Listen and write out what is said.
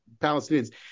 Palestinians